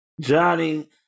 Johnny